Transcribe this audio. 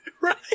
Right